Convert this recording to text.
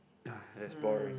ya that's boring